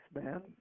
man